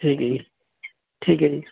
ਠੀਕ ਹੈ ਜੀ ਠੀਕ ਹੈ ਜੀ